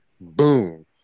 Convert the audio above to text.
boom